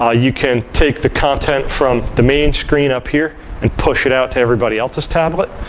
ah you can take the content from the main screen up here and push it out to everybody else's tablet.